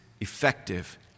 effective